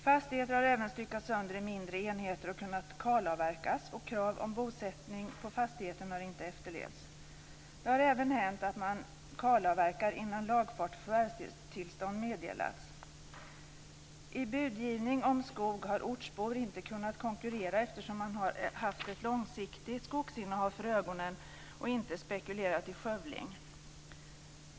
Fastigheter har även styckats sönder i mindre enheter och kunnat kalavverkas, och krav på bosättning på fastigheten har inte efterlevts. Det har även hänt att man kalavverkat innan lagfart och förvärvstillstånd meddelats. I budgivning om skog har ortsbor inte kunnat konkurrera eftersom man har haft ett långsiktigt skogsinnehav för ögonen och inte spekulerat i skövling.